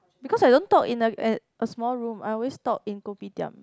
because I don't talk in a in a small room I always talk in kopitiam